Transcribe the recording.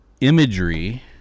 imagery